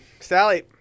sally